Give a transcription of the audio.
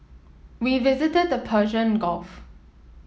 we visited the Persian Gulf